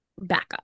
backup